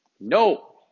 No